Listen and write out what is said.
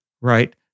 right